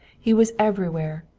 he was everywhere,